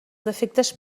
defectes